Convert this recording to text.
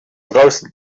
draußen